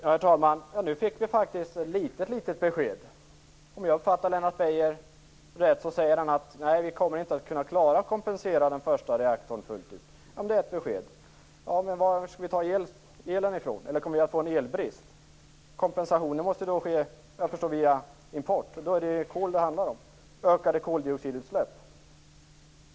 Herr talman! Nu fick vi faktiskt ett litet besked. Om jag uppfattade Lennart Beijer rätt sade han att vi inte kommer att kunna klara av att kompensera den första reaktorn fullt ut. Det är ett besked. Var skall vi då ta elen ifrån? Kommer det att bli en elbrist? Såvitt jag förstår måste kompensationen ske via import. Då handlar det ju om kol. Det blir ökade koldioxidutsläpp.